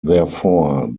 therefore